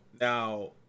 Now